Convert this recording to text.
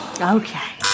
Okay